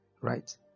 right